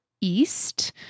east